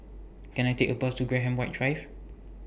Can I Take A Bus to Graham White Drive